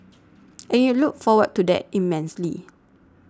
and you look forward to that immensely